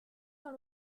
dans